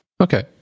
Okay